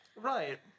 Right